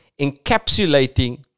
encapsulating